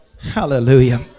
Hallelujah